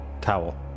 towel